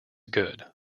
good